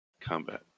combat